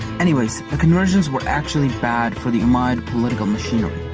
anyways, the conversions were actually bad for the umayyad political machinery.